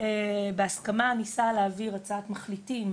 בהסכמה ניסה להעביר הצעת מחליטים,